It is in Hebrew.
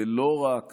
ולא רק